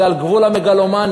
זה על גבול המגלומניה,